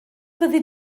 fyddi